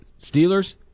Steelers